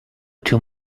too